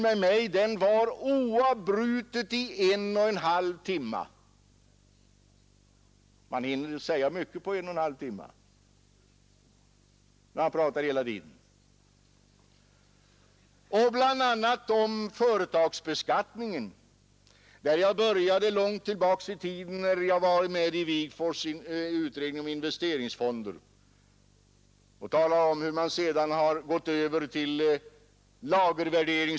Men syftet med propositionen är ju att man skall försöka sänka marginalskatterna, och att sitta och plocka om skatteskalorna tror jag att skatteutredningen skulle få hålla på med, som det har sagts, två eller tre år.